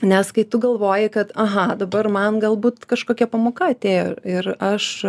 nes kai tu galvoji kad aha dabar man galbūt kažkokia pamoką atėjo ir aš